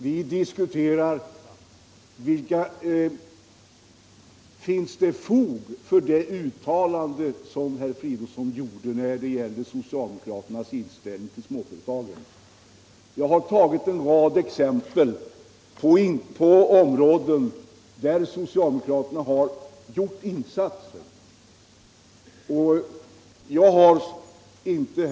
Vi diskuterar om det finns fog för det uttalande som herr Fridolfsson gjorde beträffande socialdemokraternas inställning till småföretagen. Jag har tagit en rad exempel på områden där socialdemokraterna har gjort insatser för de mindre och medelstora företagen.